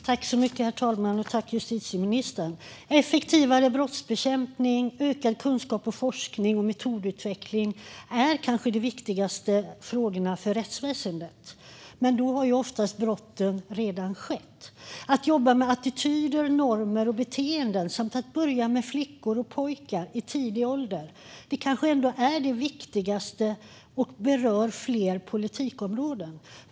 Herr talman! Tack, justitieministern! Effektivare brottsbekämpning, ökad kunskap och forskning och metodutveckling är kanske de viktigaste frågorna för rättsväsendet. Men då har oftast brotten redan skett. Att jobba med attityder, normer och beteenden samt att börja med flickor och pojkar i tidig ålder kanske ändå är det viktigaste och berör fler politikområden.